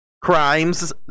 crimes